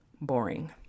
boring